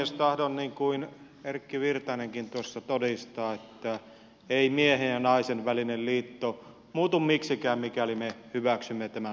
tahdon niin kuin erkki virtanenkin tuossa todistaa että ei miehen ja naisen välinen liitto muutu miksikään mikäli me hyväksymme tämän lain